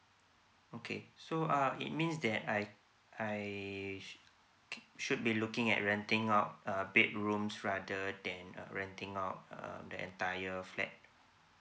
okay so uh it means that I I should be looking at renting out a bedrooms rather than uh renting out uh the entire flat